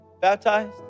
baptized